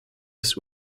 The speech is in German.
des